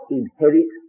inherit